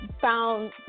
found